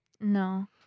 No